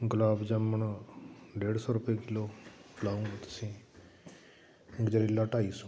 ਗੁਲਾਬ ਜਾਮੁਨ ਡੇਢ ਸੌ ਰੁਪਏ ਕਿੱਲੋ ਲਾਉਂਗੇ ਤੁਸੀਂ ਗਜਰੇਲਾ ਢਾਈ ਸੌ